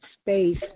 space